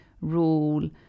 rule